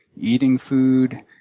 eating food,